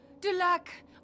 Dulac